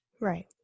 Right